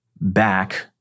back